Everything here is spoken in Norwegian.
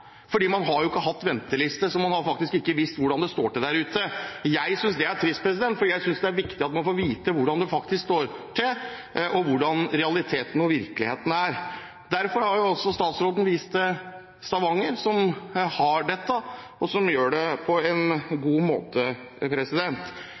Fordi man ikke har hatt venteliste, har man faktisk ikke visst hvordan det står til der ute. Jeg synes det er trist, fordi jeg synes det er viktig at man får vite hvordan det faktisk står til, hvordan realiteten og virkeligheten er. Derfor har også statsråden vist til Stavanger, som har dette, og som gjør det på en